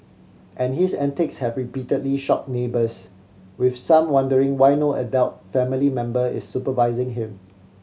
and his antics have repeatedly shock neighbours with some wondering why no adult family member is supervising him